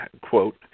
Quote